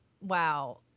wow